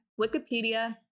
Wikipedia